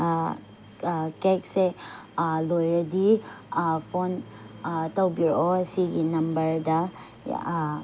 ꯀꯦꯛꯁꯦ ꯂꯣꯏꯔꯗꯤ ꯐꯣꯟ ꯇꯧꯕꯤꯔꯛꯑꯣ ꯁꯤꯒꯤ ꯅꯝꯕꯔꯗ